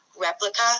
replica